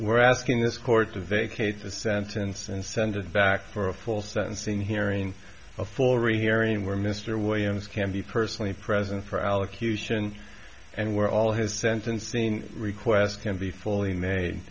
we're asking this court to vacate the sentence and send it back for a full sentencing hearing a full rehearing where mr williams can be personally present for allocution and we're all his sentencing requests can be fully made